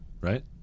right